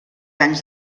anys